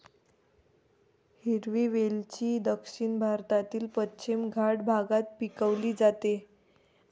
हिरवी वेलची दक्षिण भारतातील पश्चिम घाट भागात पिकवली जाते